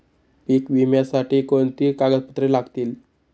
पीक विम्यासाठी कोणती कागदपत्रे लागतील?